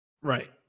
right